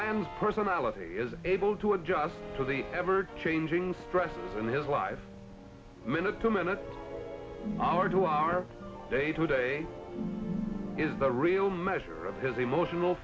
man's personality is able to adjust to the ever changing stress in his life minute to minute hour to our day to day is the real measure of his emotional